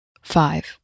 five